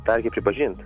tą reikia pripažint